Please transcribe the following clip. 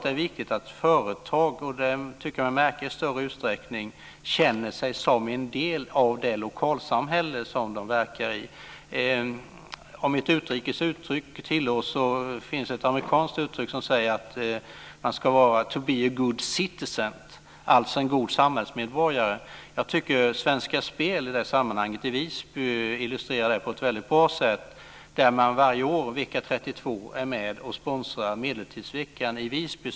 Det är viktigt att företag känner sig som en del av det lokalsamhälle som de verkar i. Det tycker jag mig också märka i större utsträckning. Om ett utrikes uttryck tillåts finns det ett amerikanskt uttryck som säger att man ska vara a good citizen, dvs. en god samhällsmedborgare. Jag tycker att Svenska Spel i Visby i det sammanhanget illustrerar det på ett väldigt bra sätt. Där är man varje år vecka 32 med och sponsrar Medeltidsveckan i Visby.